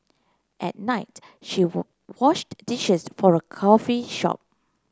at night she washed dishes for a coffee shop